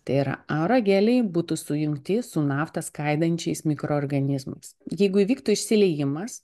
tai yra aerogeliai būtų sujungti su naftą skaidančiais mikroorganizmais jeigu įvyktų išsiliejimas